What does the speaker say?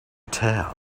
tell